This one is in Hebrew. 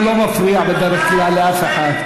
הוא לא מפריע בדרך כלל לאף אחד.